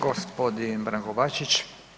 Gospodin Branko Bačić.